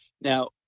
Now